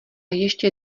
ještě